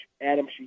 Adam